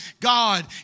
God